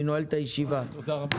הישיבה נעולה.